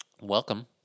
Welcome